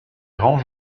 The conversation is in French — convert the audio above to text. grand